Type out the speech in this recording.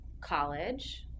college